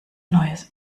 neues